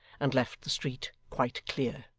and left the street quite clear.